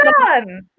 done